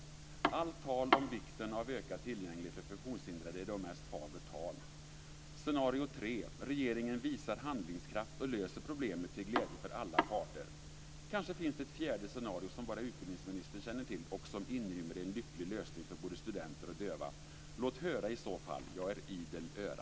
Allt tal om vikten av ökad tillgänglighet för funktionshindrade är då mest fagert tal. Scenario tre: Regeringen visar handlingskraft och löser problemet till glädje för alla parter. Kanske finns det ett fjärde scenario som bara utbildningsministern känner till och som inrymmer en lycklig lösning för både studenter och döva. Låt höra i så fall. Jag är idel öra.